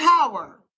power